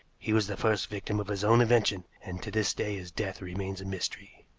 he was the first victim of his own invention, and to this day his death remains a mystery.